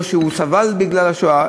לא שהוא סבל בגלל השואה,